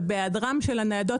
ובהיעדרם של הניידות,